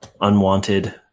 unwanted